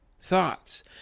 thoughts